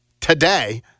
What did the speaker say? today